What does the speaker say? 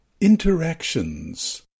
Interactions